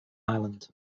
ireland